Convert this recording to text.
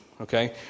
Okay